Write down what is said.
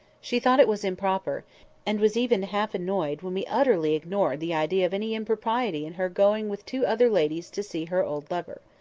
she thought it was improper and was even half annoyed when we utterly ignored the idea of any impropriety in her going with two other ladies to see her old lover.